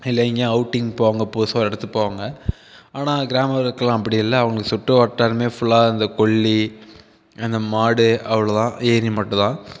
இல்லை எங்கேயோ அவுட்டிங் போவாங்க புதுசாக ஒரு இடத்துக்கு போவாங்கள் ஆனால் கிராம அப்படி இல்லை அவர்களுக்கு சுற்று வட்டாரமே ஃபுல்லாக இந்த கொள்ளி இந்த மாடு அவளோதான் ஏரி மட்டுந்தான்